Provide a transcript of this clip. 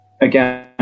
again